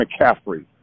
McCaffrey